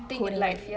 code like